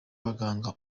abaganga